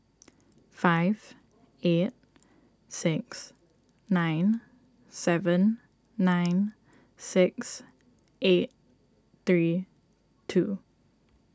five eight six nine seven nine six eight three two